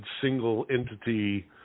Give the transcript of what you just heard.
single-entity